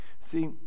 See